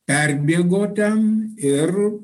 perbėgo ten ir